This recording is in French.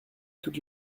toute